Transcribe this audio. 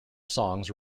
songs